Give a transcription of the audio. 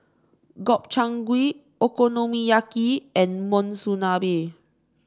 Gobchang Gui Okonomiyaki and Monsunabe